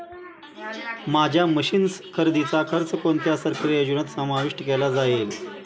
माझ्या मशीन्स खरेदीचा खर्च कोणत्या सरकारी योजनेत समाविष्ट केला जाईल?